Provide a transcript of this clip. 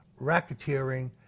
racketeering